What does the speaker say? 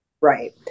Right